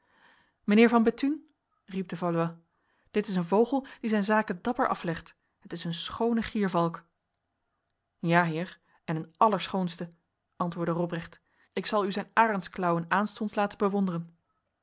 mijnheer van bethune riep de valois dit is een vogel die zijn zaken dapper aflegt het is een schone giervalk ja heer en een allerschoonste antwoordde robrecht ik zal u zijn arendsklauwen aanstonds laten bewonderen